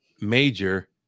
Major